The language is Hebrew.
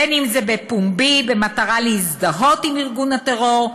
בין אם זה בפומבי, במטרה להזדהות עם ארגון הטרור,